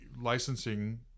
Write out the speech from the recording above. licensing